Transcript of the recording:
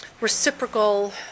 reciprocal